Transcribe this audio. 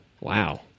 Wow